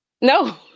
No